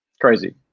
Crazy